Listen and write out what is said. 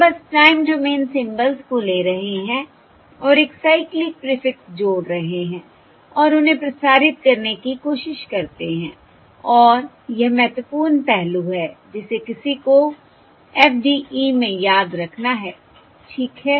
हम बस time domain symbols को ले रहे हैं और एक साइक्लिक प्रीफिक्स जोड़ रहे हैं और उन्हें प्रसारित करने की कोशिश करते हैं और यह महत्वपूर्ण पहलू है जिसे किसी को FDE में याद रखना है ठीक है